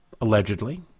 allegedly